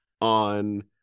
on